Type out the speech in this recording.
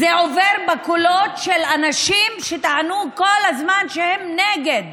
זה עובר בקולות של אנשים שטענו כל הזמן נגד